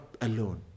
alone